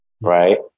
Right